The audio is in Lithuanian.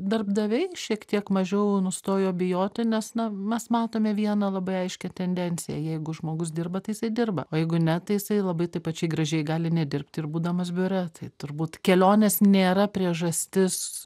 darbdaviai šiek tiek mažiau nustojo bijoti nes na mes matome vieną labai aiškią tendenciją jeigu žmogus dirba tai jisai dirba o jeigu ne tai jisai labai taip pačiai gražiai gali nedirbti ir būdamas biure tai turbūt kelionės nėra priežastis